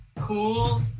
cool